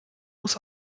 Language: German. muss